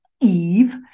Eve